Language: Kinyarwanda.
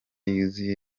yuzuye